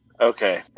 Okay